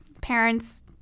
parents